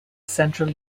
central